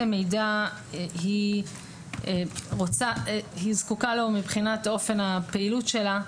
מידע היא זקוקה מבחינת אופן הפעילות שלה.